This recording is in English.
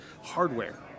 hardware